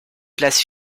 place